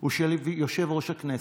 הוא של יושב-ראש הכנסת,